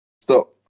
Stop